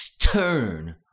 turn